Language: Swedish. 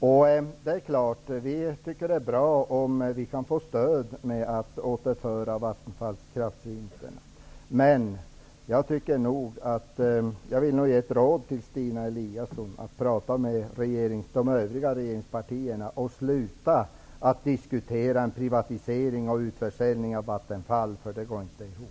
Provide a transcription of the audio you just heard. Vi tycker självfallet att det är bra om vi kan få stöd för att återföra vattenkraftsvinsterna, men jag vill ge ett råd till Stina Eliasson: Prata med de övriga regeringspartierna och sluta att diskutera en privatisering och utförsäljning av Vattenfall. Det går inte ihop.